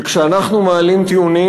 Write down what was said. וכשאנחנו מעלים טיעונים,